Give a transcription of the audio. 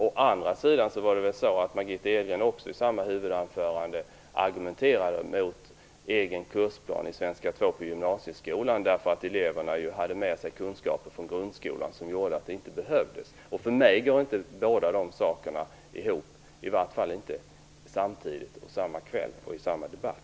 Å andra sidan argumenterade Margitta Edgren i samma anförande mot egen kursplan i svenska 2 på gymnasieskolan, eftersom eleverna hade med sig kunskaper från grundskolan som gjorde att det inte behövdes. För mig går det inte ihop, i varje fall inte samma kväll och i samma debatt.